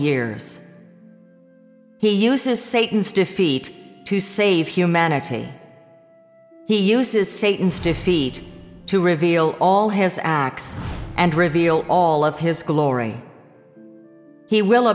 years he uses satan's defeat to save humanity he uses satan stiff feet to reveal all his acts and reveal all of his glory he will